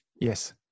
Yes